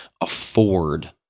afford